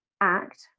act